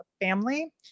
family